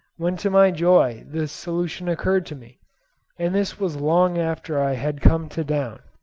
when to my joy the solution occurred to me and this was long after i had come to down.